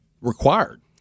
required